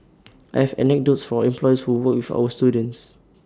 I have anecdotes from employers who work with our students